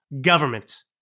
government